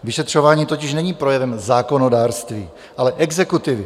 Vyšetřování totiž není projevem zákonodárství, ale exekutivy.